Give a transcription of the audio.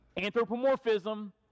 anthropomorphism